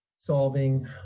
solving